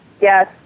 yes